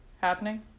happening